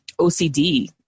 ocd